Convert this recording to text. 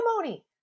testimony